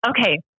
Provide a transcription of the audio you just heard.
okay